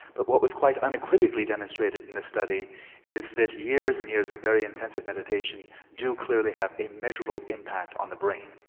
but what was quite unequivocally demonstrated in this study is that years and years of very intensive meditation do clearly have immeasurable impact on the brain.